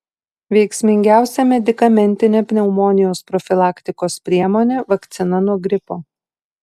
veiksmingiausia medikamentinė pneumonijos profilaktikos priemonė vakcina nuo gripo